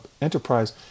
Enterprise